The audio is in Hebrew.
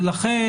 ולכן,